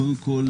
קודם כול,